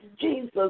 Jesus